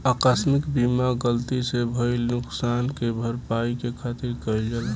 आकस्मिक बीमा गलती से भईल नुकशान के भरपाई करे खातिर कईल जाला